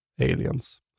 Aliens